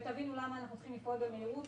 ותבינו למה אנחנו צריכים לפעול במהירות